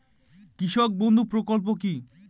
কৃষক বন্ধু প্রকল্প কি?